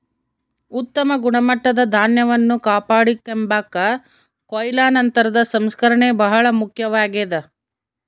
ಉತ್ತಮ ಗುಣಮಟ್ಟದ ಧಾನ್ಯವನ್ನು ಕಾಪಾಡಿಕೆಂಬಾಕ ಕೊಯ್ಲು ನಂತರದ ಸಂಸ್ಕರಣೆ ಬಹಳ ಮುಖ್ಯವಾಗ್ಯದ